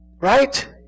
Right